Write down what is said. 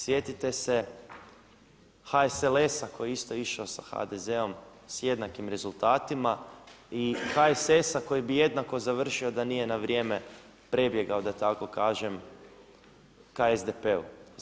Sjetite se HSLS-a koji je isto išao sa HDZ-om sa jednakim rezultatima i HSS-a koji bi jednako završio, da nije na vrijeme prebjegao, da tako kažem, ka SDP-u.